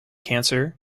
cancer